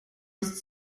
ist